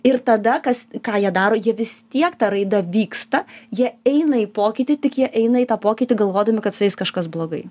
ir tada kas ką jie daro jie vis tiek ta raida vyksta jie eina į pokytį tik jie eina į tą pokytį galvodami kad su jais kažkas blogai